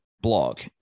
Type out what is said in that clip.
blog